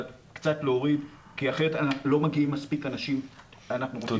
אבל קצת להוריד כי אחרת לא מגיעים מספיק אנשים טובים.